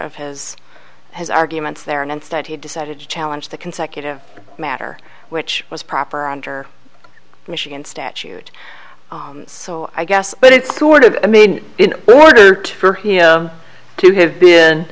of his his arguments there and instead he decided to challenge the consecutive matter which was proper under michigan statute so i guess but it's sort of i mean in order to for him to have been